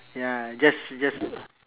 ya just just